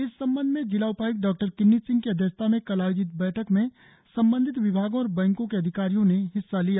इस संबंध में जिला उपायुक्त डॉ किन्नी सिंह की अध्यक्षता में कल आयोजित बैठक में संबंधित विभागों और बैंकों के अधिकारियों ने हिस्सा लिया